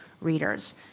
readers